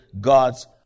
God's